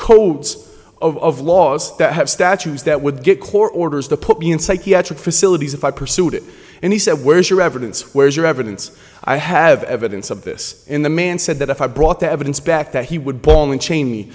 codes of laws that have statutes that would get core orders to put me in psychiatric facilities if i pursued it and he said where's your evidence where's your evidence i have evidence of this in the man said that if i brought the evidence back that he would ball and chain